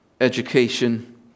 education